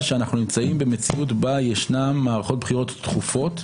שאנחנו נמצאים במציאות בה ישנן מערכות בחירות תכופות